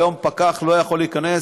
היום פקח לא יכול להיכנס,